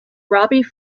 robbie